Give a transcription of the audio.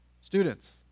Students